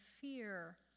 fear